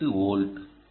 8 volt